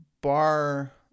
bar